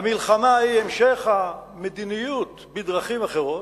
המלחמה היא המשך המדיניות בדרכים אחרות,